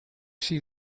zie